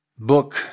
book